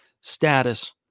status